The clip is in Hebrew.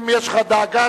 אם יש לך דאגה,